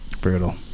Brutal